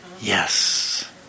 yes